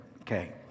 Okay